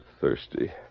thirsty